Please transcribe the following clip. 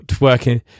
working